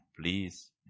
Please